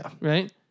Right